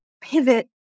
pivot